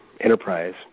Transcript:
enterprise